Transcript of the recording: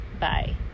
Bye